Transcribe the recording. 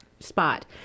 spot